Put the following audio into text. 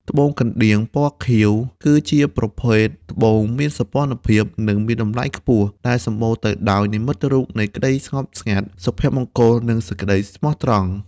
ត្បូងកណ្ដៀង ពណ៌ខៀវ គឺជាប្រភេទត្បូងមានសោភ័ណភាព និងមានតម្លៃខ្ពស់ ដែលសម្បូរទៅដោយនិមិត្តរូបនៃសេចក្ដីស្ងប់ស្ងាត់ សុភមង្គល និងសេចក្ដីស្មោះត្រង់។